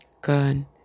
gun